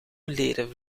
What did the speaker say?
leren